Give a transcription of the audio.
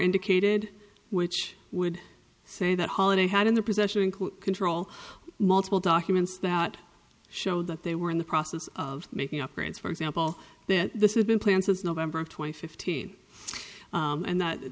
indicated which would say that holiday had in their possession include control multiple documents that showed that they were in the process of making up grants for example that this is been planned since november of twenty fifteen and that